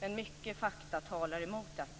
men många fakta talar emot detta.